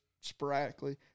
sporadically